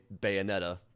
Bayonetta